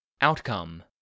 Outcome